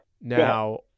Now